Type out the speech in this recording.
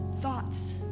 thoughts